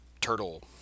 turtle